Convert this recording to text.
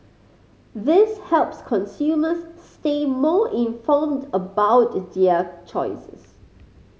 this helps consumers stay more informed about their choices